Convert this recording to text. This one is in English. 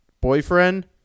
boyfriend